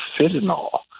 fentanyl